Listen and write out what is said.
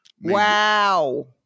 Wow